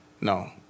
no